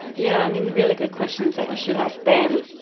yeah, i mean really good questions that you should ask them.